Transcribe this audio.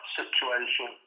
situation